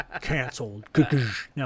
Canceled